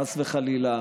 חס וחלילה.